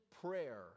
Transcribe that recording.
prayer